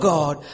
God